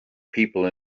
people